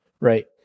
Right